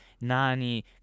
Nani